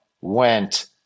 went